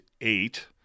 eight